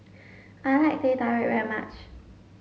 I like Teh Tarik very much